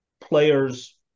players